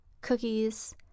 cookies